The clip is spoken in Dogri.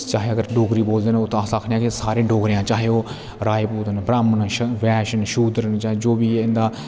चाहे अगर डोगरी बोलदे तां अस आखने सारे डोगरे हा चाहे ओह् राजपूत न ब्राह्मण न शेन न शूद्र न चाहे जो बी ऐ इंदा